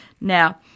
Now